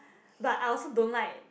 but I also don't like